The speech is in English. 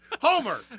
homer